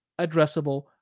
addressable